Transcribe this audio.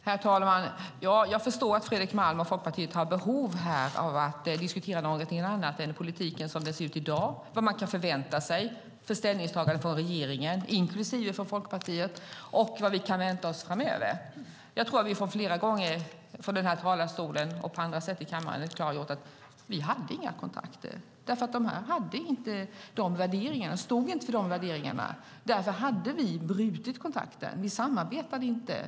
Herr talman! Jag förstår att Fredrik Malm och Folkpartiet har behov av att diskutera något annat än politiken som den ser ut i dag, vilka ställningstaganden man kan förvänta sig från regeringen, inklusive från Folkpartiet, och vad vi kan vänta oss framöver. Jag tror att vi flera gånger från den här talarstolen och på andra sätt här i kammaren har klargjort att vi inte hade några kontakter, eftersom dessa partier inte stod för de värderingar som vi hade. Därför hade vi brutit kontakten. Vi samarbetade inte.